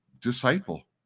disciple